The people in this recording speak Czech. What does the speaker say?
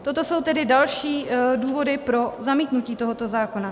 Toto jsou tedy další důvody pro zamítnutí tohoto zákona.